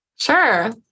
Sure